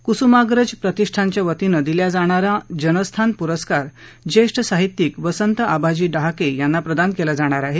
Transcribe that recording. क्सुमाग्रज प्रतिष्ठानच्या वतीनं दिल्या जाणारा जनस्थान पुरस्कार ज्येष्ठ साहित्यिक वसंत आबाडी डहाके यांना प्रदान केला जाणार आहे